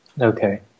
Okay